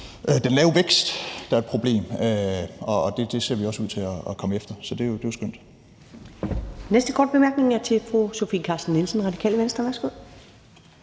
den lave vækst, der er et problem, og det ser vi også ud til at komme efter. Så det er jo skønt.